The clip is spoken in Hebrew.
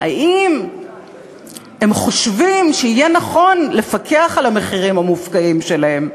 אם הם חושבים שיהיה נכון לפקח על המחירים המופקעים שלהם.